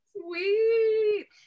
sweet